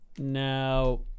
now